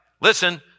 listen